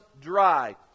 dry